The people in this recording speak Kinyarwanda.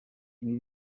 ibi